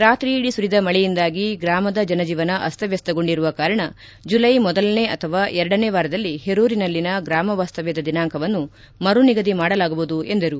ರಾತ್ರಿಯಿಡೀ ಸುರಿದ ಮಳೆಯಿಂದಾಗಿ ಗ್ರಾಮದ ಜನಜೀವನ ಅಸ್ತವ್ಯಸ್ತಗೊಂಡಿರುವ ಕಾರಣ ಜುಲೈ ಮೊದಲನೆ ಅಥವಾ ಎರಡನೇ ವಾರದಲ್ಲಿ ಹೆರೂರಿನಲ್ಲಿನ ಗ್ರಾಮವಾಸ್ತವ್ಯದ ದಿನಾಂಕವನ್ನು ಮರುನಿಗದಿ ಮಾಡಲಾಗುವುದು ಎಂದರು